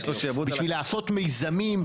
בשביל לעשות מיזמים,